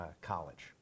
college